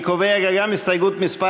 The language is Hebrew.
אני קובע כי גם הסתייגות מס'